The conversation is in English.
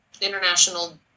international